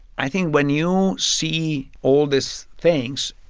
i think, when you see all these things,